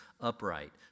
upright